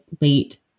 late